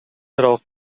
аралык